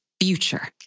future